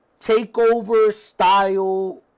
TakeOver-style